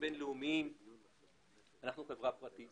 בינלאומיים - אנחנו חברה פרטית,